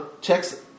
checks